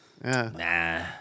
Nah